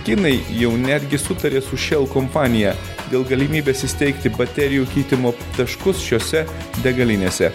kinai jau netgi sutarė su šel kompanija dėl galimybės įsteigti baterijų keitimo taškus šiose degalinėse